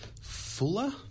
Fuller